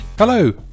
Hello